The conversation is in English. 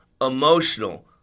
emotional